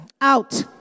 Out